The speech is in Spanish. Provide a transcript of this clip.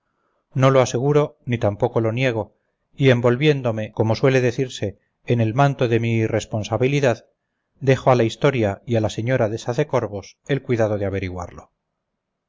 no lo aseguro ni tampoco lo niego y envolviéndome como suele decirse en el manto de mi irresponsabilidad dejo a la historia y a la señora de sacecorbos el cuidado de averiguarlo